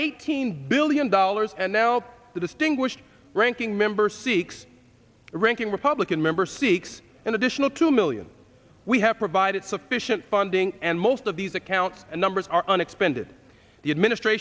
eighteen billion dollars and now the distinguished ranking member seeks a ranking republican member seeks an additional two million we have provided sufficient funding and most of these account numbers are unexpended the administr